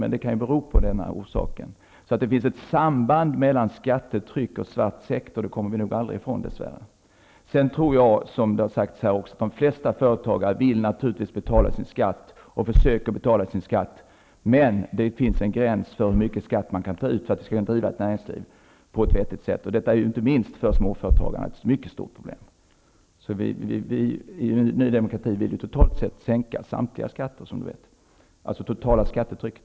Men det kan ju bero på detta. Det finns ett samband mellan skattetryck och svart sektor. Det kommer vi nog aldrig ifrån dess värre. Sedan tror jag, som det har sagts här tidigare, att de flesta företagare naturligtvis vill betala sin skatt och försöker betala sin skatt, men det finns en gräns för hur mycket skatt man kan ta ut för att det skall gå att driva ett näringsliv på ett vettigt sätt. Detta är ett mycket stort problem, inte minst för småföretagarna. Vi i Ny demokrati vill totalt sett sänka samtliga skatter, dvs. det totala skattetrycket.